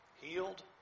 healed